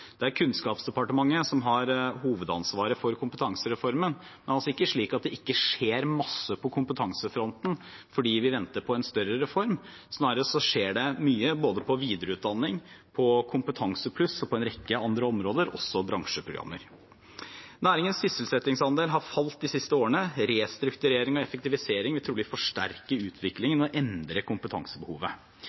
Det er Kunnskapsdepartementet som har hovedansvaret for kompetansereformen, men det er ikke slik at det ikke skjer mye på kompetansefronten fordi vi venter på en større reform – snarere tvert imot skjer det mye både når det gjelder videreutdanning, Kompetansepluss og på en rekke andre områder, også bransjeprogrammer. Næringens sysselsettingsandel har falt de siste årene. Restrukturering og effektivisering vil trolig forsterke utviklingen og endre kompetansebehovet.